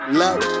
love